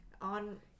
On